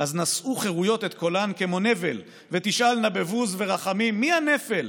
// אז נשאו חירויות את קולן כמו נבל / ותשאלנה בבוז וברחמים: מי הנפל?